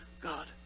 God